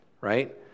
right